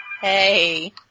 hey